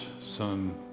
son